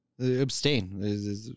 Abstain